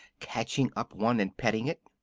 catching up one and petting it.